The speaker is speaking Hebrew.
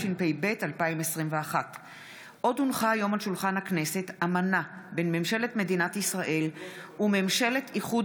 התשפ"ב 2021. אמנה בין ממשלת מדינת ישראל לממשלת איחוד